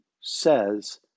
says